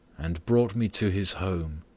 and brought me to his home.